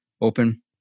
open